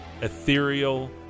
ethereal